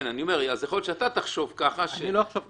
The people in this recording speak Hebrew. יכול להיות שאתה תחשוב ככה -- אני לא אחשוב ככה.